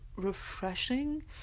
refreshing